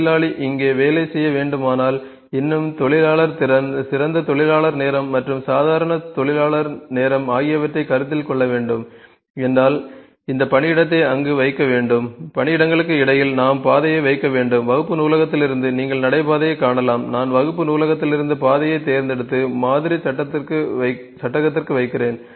தொழிலாளி இங்கே வேலை செய்ய வேண்டுமானால் இன்னும் தொழிலாளர் திறன் சிறந்த தொழிலாளர் நேரம் மற்றும் சாதாரண தொழிலாளர் நேரம் ஆகியவற்றைக் கருத்தில் கொள்ள வேண்டும் என்றால் இந்த பணியிடத்தை அங்கு வைக்க வேண்டும் பணியிடங்களுக்கு இடையில் நாம் பாதையை வைக்க வேண்டும் வகுப்பு நூலகத்திலிருந்து நீங்கள் நடைபாதையைக் காணலாம் நான் வகுப்பு நூலகத்திலிருந்து பாதையைத் தேர்ந்தெடுத்து மாதிரி சட்டகத்தில் வைக்கிறேன்